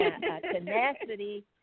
tenacity